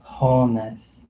wholeness